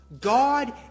God